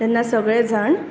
तेन्ना सगळे जाण